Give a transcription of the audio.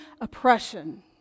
oppression